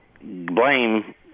Blame